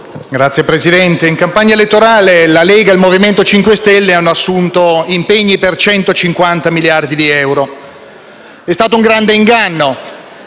Signor Presidente, in campagna elettorale la Lega e il MoVimento 5 Stelle hanno assunto impegni per 150 miliardi di euro; è stato un grande inganno